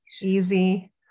easy